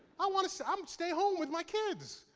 i want to so um stay home with my kids.